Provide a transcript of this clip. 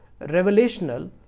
revelational